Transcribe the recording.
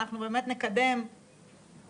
כי אני פה במצגת שלך פחות ראיתי מיקוד לנושא הזה,